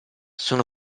sono